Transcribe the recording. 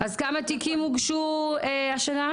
אז כמה תיקים הוגשו השנה?